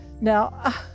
Now